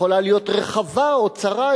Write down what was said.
יכולה להיות רחבה או צרה,